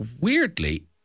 weirdly